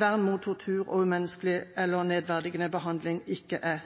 vern mot tortur og nedverdigende behandling ikke er